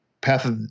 path